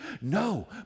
no